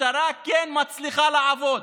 המשטרה כן מצליחה לעבוד.